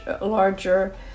larger